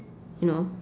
you know